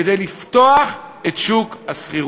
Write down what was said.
כדי לפתוח את שוק השכירות,